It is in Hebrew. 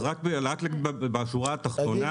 רק בשורה התחתונה,